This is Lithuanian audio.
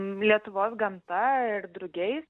lietuvos gamta ir drugiais